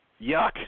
yuck